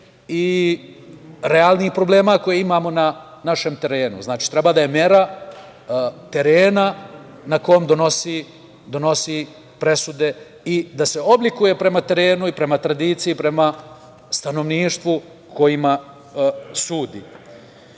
i realnih problema koje imamo na našem terenu. Znači, treba da je mera terena na kome donosi presude i da se odlikuje prema terenu i prema tradiciji, i prama stanovništvu kojima sudi. Još